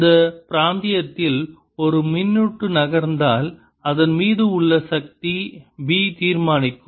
இந்த பிராந்தியத்தில் ஒரு மின்னூட்டு நகர்ந்தால் அதன் மீது உள்ள சக்தி B தீர்மானிக்கும்